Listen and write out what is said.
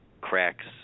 cracks